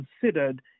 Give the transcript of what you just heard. considered